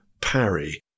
parry